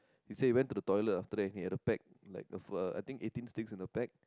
he say he went to the toilet after that he had a pack like of a eighteen sticks in the pack